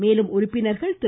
மேலும் உறுப்பினர்கள் திரு